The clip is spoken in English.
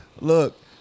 Look